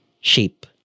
shape